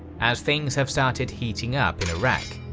as things have started heating up in iraq.